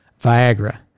Viagra